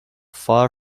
far